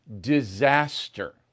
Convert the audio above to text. disaster